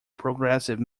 progressive